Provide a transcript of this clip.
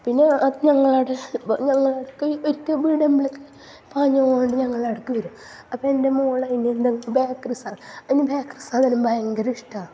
പിന്നെ അത് ഞങ്ങളെ ആടെ ഞങ്ങളെടുക്ക ഒരിക്കം ഇവിടെ പാഞ്ഞോണ്ട് ഞങ്ങളടുക്ക വരും അപ്പോൾ എൻ്റെ മോൾ അതിന് എന്തെങ്കിലും ബേക്കറി സാധനം അതിന് ബേക്കറി സാധനം ഭയങ്കര ഇഷ്ടമാണ്